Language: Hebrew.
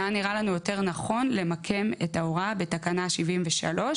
כשהיה נראה לנו יותר נכון למקם את ההוראה בתקנה 73,